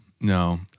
no